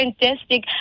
fantastic